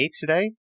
today